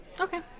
Okay